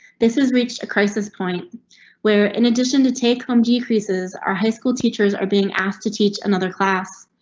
this is reached a crisis point where in addition to take home decreases, are high school teachers are being asked to teach another class.